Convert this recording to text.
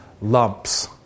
lumps